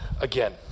again